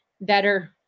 better